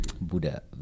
Buddha